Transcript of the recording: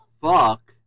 fuck